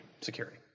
security